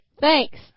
thanks